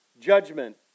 judgment